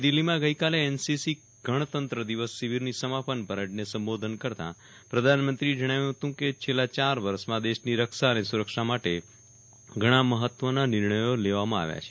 નવી દીલ્હીમાં ગઈ કાલે એનસીસી ગણતંત્રદિવસ શિબિરની સમાપન પરેડને સંબોધન કરતાં પ્રધાનમંત્રીએ જણાવ્યું હતું કે છેલ્લા ચાર વર્ષમાં દેશની રક્ષા અને સુરક્ષા માટે ઘણા મહત્વનાં નિર્ણયો લેવામાં આવ્યા છે